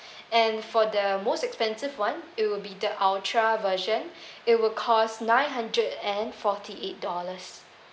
and for the most expensive one it will be the ultra version it will cost nine hundred and forty eight dollars